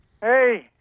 Hey